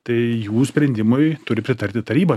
tai jų sprendimui turi pritarti taryba